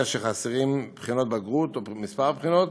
החסרים בחינות בגרות או כמה בחינות,